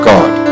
God